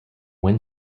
win